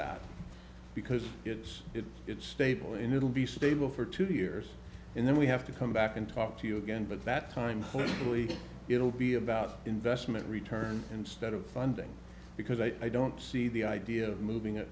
that because it's it it's stable and it'll be stable for two years and then we have to come back and talk to you again but that time it'll be about investment return instead of funding because i don't see the idea of moving